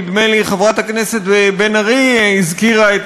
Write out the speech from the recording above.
נדמה לי שחברת הכנסת בן ארי הזכירה את